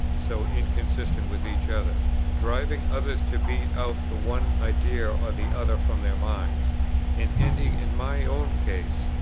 so inconsistent with each other driving others to beat out the one idea or the other from their minds and ending in my own case,